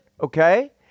Okay